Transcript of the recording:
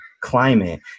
climate